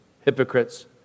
hypocrites